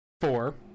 four